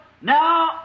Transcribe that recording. Now